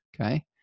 okay